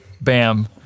bam